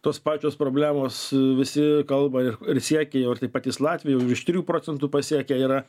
tos pačios problemos visi kalba ir ir siekia jau ir tie patys latviai jau virš trijų procentų pasiekę yra